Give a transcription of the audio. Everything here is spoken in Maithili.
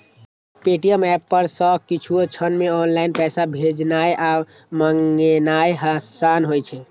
पे.टी.एम एप सं किछुए क्षण मे ऑनलाइन पैसा भेजनाय आ मंगेनाय आसान होइ छै